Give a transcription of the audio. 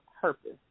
purpose